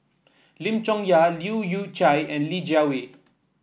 Lim Chong Yah Leu Yew Chye and Li Jiawei